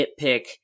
nitpick